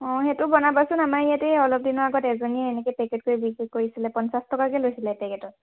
অঁ সেইটো বনাবাচোন আমাৰ ইয়াতে অলপ দিনৰ আগত এজনীয়ে এনেকে পেকেট কৰি বিক্ৰী কৰিছিলে পঞ্চাছ টকাকৈ লৈছিলে এপেকেটত